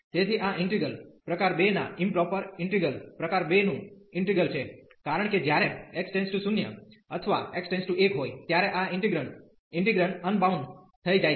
તેથી આ ઈન્ટિગ્રલ પ્રકાર 2 ના ઈમપ્રોપર ઈન્ટિગ્રલ પ્રકાર 2 નું ઈન્ટિગ્રલ છે કારણ કે જ્યારે x → 0 અથવા x → 1 હોય ત્યારે આ ઇન્ટિગ્રેંડ ઇન્ટિગ્રેંડ અનબાઉન્ડ થઈ જાય છે